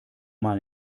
mal